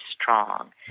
strong